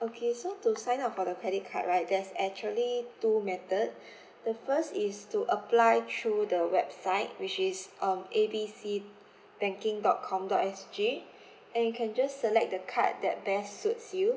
okay so to sign up for the credit card right there's actually two method the first is to apply through the website which is um A B C banking dot com dot S G and you can just select the card that best suits you